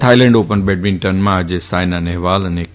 Thailand open બેડમિન્ટનમાં આજે સાયના નહેવાલ અને કે